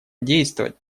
действовать